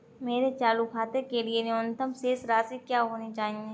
मेरे चालू खाते के लिए न्यूनतम शेष राशि क्या होनी चाहिए?